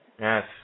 yes